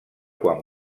quan